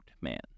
man